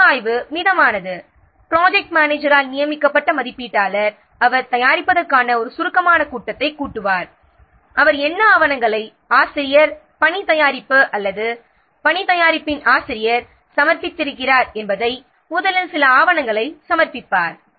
மறுஆய்வு மிதமானது ப்ராஜெக்ட் மேனேஜரால் நியமிக்கப்பட்ட மதிப்பீட்டாளர் அவர் தயாரிப்பதற்கான ஒரு சுருக்கமான கூட்டத்தை கூட்டுவார் அவர் என்ன ஆவணங்களை ஆசிரியர் பணி தயாரிப்பு அல்லது பணி தயாரிப்பின் ஆசிரியர் சமர்ப்பித்திருக்கிறார் என்பதை முதலில் சில ஆவணங்களை சமர்ப்பிப்பார்